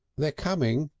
they're coming,